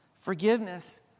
Forgiveness